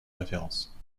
référence